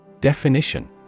Definition